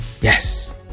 Yes